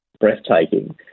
breathtaking